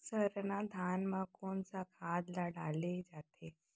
सरना धान म कोन सा खाद ला डाले जाथे?